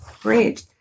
Great